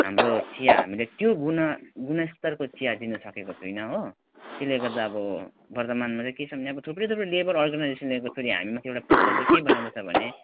हाम्रो चिया हामीले त्यो गुण गुणस्तरको चिया दिन सकेको छैन हो त्यसले गर्दा अब वर्तमानमा चाहिँ के छ भन्दा अब थुप्रै थुप्रै लेबर अर्गनाइजेसनले त हामी माथि एउटा प्रेसर चाहिँ के बनाउँदैछ भने